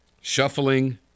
shuffling